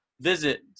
visit